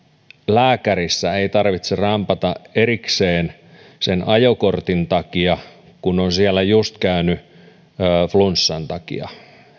lääkärissä ei tarvitse rampata erikseen sen ajokortin takia kun on siellä just käynyt flunssan takia